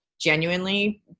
genuinely